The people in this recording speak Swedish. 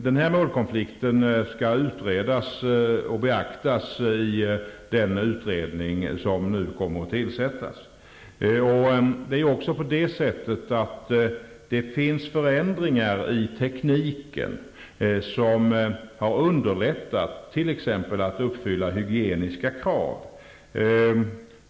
Den målkonflikten skall utredas och beaktas i den utredning som nu kommer att tillsättas. Det har skett förändringar i tekniken som har gjort det lättare t.ex. att uppfylla hygieniska krav.